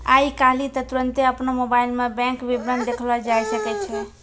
आइ काल्हि त तुरन्ते अपनो मोबाइलो मे बैंक विबरण देखलो जाय सकै छै